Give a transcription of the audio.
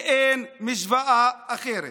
ואין משוואה אחרת.